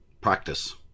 practice